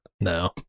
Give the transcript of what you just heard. No